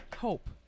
hope